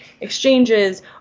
exchanges